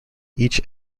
each